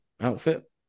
outfit